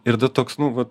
ir da toks nu va